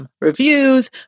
reviews